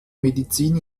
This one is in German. medizin